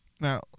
Now